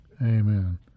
Amen